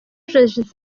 joseph